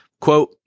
quote